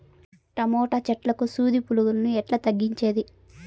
Tomato చెట్లకు సూది పులుగులను ఎట్లా తగ్గించేది?